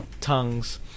Tongues